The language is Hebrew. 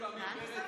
חברי הכנסת,